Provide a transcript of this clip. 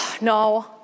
No